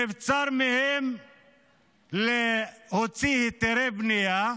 נבצר מהם להוציא היתרי בנייה,